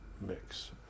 mix